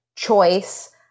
choice